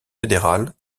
fédérales